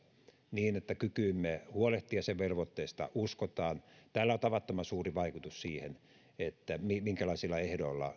niin että kykyymme huolehtia sen velvoitteista uskotaan tällä on tavattoman suuri vaikutus siihen minkälaisilla ehdoilla